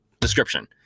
description